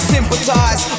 Sympathize